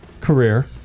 career